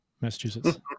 Massachusetts